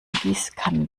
gießkannen